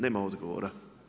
Nema odgovora.